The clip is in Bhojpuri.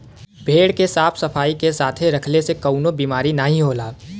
भेड़ के साफ सफाई के साथे रखले से कउनो बिमारी नाहीं होला